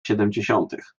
siedemdziesiątych